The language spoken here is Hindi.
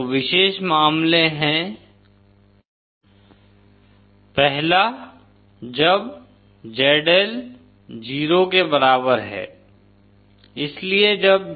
तो विशेष मामले हैं Zl 0 Z jZ0 tanβ d Z − jZ0 cotβ d पहला जब ZL 0 के बराबर है